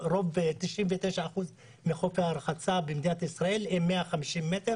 ב-99% מחופי הרחצה במדינת ישראל הן 150 מ',